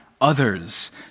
others